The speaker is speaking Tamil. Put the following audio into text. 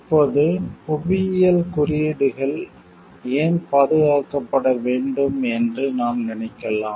இப்போது புவியியல் குறியீடுகள் ஜியோகிராபிகள் இண்டிகேசன்ஸ் ஏன் பாதுகாக்கப்பட வேண்டும் என்று நாம் நினைக்கலாம்